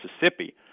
Mississippi